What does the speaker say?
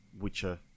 Witcher